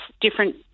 different